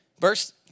Verse